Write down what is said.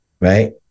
right